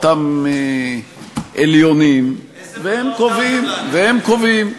אותם עליונים, והם קובעים.